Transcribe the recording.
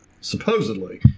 supposedly